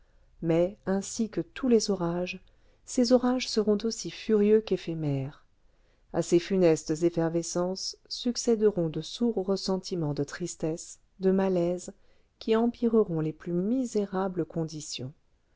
mais ainsi que tous les orages ces orages seront aussi furieux qu'éphémères à ces funestes effervescences succéderont de sourds ressentiments de tristesse de malaise qui empireront les plus misérables conditions